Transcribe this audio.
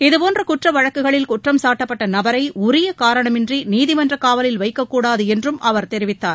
இதபோன்ற குற்றவழக்குகளில் குற்றம்சாட்டப்பட்ட நபரை உரிய காரணமின்றி நீதிமன்ற காவலில் வைக்கக்கூடாது என்றும் அவர் தெரிவித்தார்